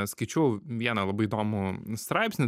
skaičiau vieną labai įdomų straipsnį